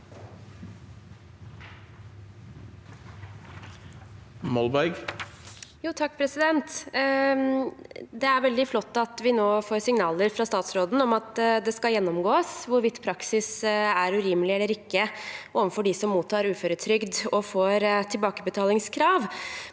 (H) Det er veldig flott at vi nå får signaler fra statsråden om at det skal gjennomgås hvorvidt praksisen er urimelig eller ikke overfor dem som mottar uføretrygd og får tilbakebetalingskrav.